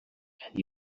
and